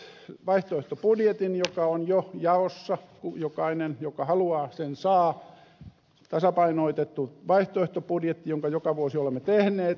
kristillisdemokraatit tekivät vaihtoehtobudjetin joka on jo jaossa jokainen joka haluaa sen saa tasapainotetun vaihtoehtobudjetin jonka joka vuosi olemme tehneet